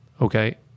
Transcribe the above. okay